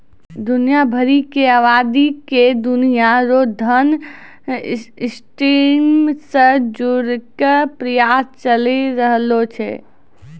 दुनिया भरी के आवादी के दुनिया रो धन सिस्टम से जोड़ेकै प्रयास चली रहलो छै